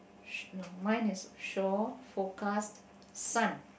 no mine is shore forecast sun